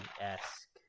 esque